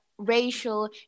Racial